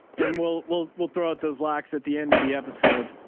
and we'll, we'll, we'll throw out those lacks at the end of the episode,